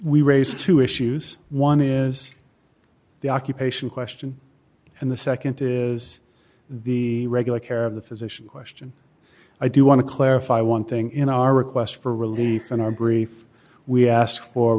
we raise two issues one is the occupation question and the nd is the regular care of the physician question i do want to clarify one thing in our request for relief in our brief we asked for